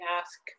ask